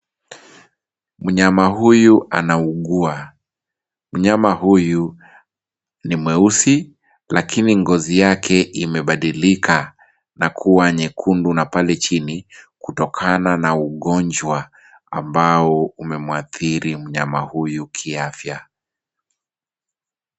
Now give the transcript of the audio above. Mnyama huyu anaugua. Mnyama huyu ni mweusi , lakini ngozi yake imebadilika na kuwa nyekundu na pale chini kutokana na ugonjwa ambao umemuathiri mnyama huyu kiafya.